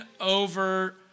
over